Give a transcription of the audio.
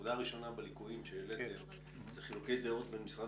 הנקודה הראשונה בליקויים שהעליתם זה חילוקי דעות בין משרד